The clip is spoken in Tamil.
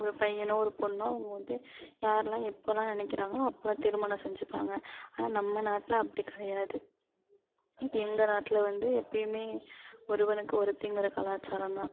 ஒரு பையனோ ஒரு பொண்ணோ அவங்க வந்து யாருலாம் எப்போலாம் நினைக்கிறாங்களோ அப்போல்லாம் திருமணம் செஞ்சுப்பாங்க ஆனால் நம்ம நாட்டில் அப்படி கிடையாது எங்கள் நாட்டில் வந்து எப்போயுமே ஒருவனுக்கு ஒருத்திங்கிற கலாச்சாரந்தான்